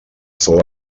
fou